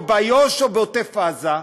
או באיו"ש או בעוטף עזה,